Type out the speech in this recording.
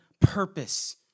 purpose